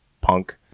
punk